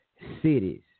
cities